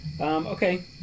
Okay